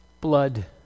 blood